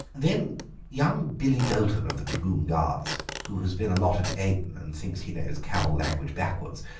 then young billy doulton, of the dragoon guards who has been a lot at aden and thinks he knows camel-language backwards,